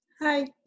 Hi